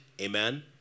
amen